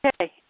Okay